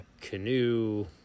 canoe